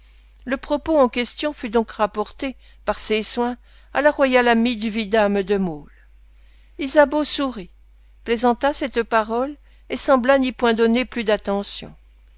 le propos en question fut donc rapporté par ses soins à la royale amie du vidame de maulle ysabeau sourit plaisanta cette parole et sembla n'y point donner plus d'attention